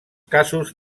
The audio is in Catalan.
casos